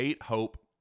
Hope